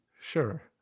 Sure